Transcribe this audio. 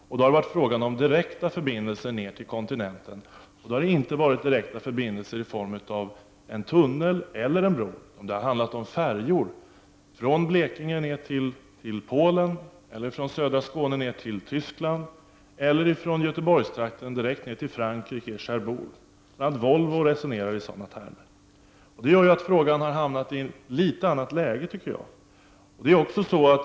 Det har då varit fråga om direkta förbindelser ner till kontinenten, men inte direkta förbindelser via en tunnel eller en bro. Det har handlat om färjor från Blekinge ner till Polen eller från södra Skåne ner till Tyskland eller från Göteborgstrakten direkt ner till Frankrike, Cherbourg. Bl.a. Volvo resonerar i sådana termer. Detta gör att frågan har hamnat i ett litet annat läge.